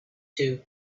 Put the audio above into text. two